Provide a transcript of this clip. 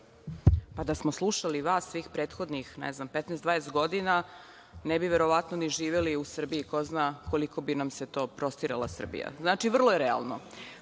Da smo slušali vas svih prethodnih 15, 20 godina ne bi verovatno ni živeli u Srbiji. Ko zna koliko bi nam se prostirala Srbija. Vrlo je realno,